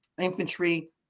infantry